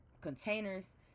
containers